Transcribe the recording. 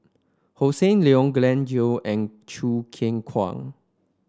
Hossan Leong Glen Goei and Choo Keng Kwang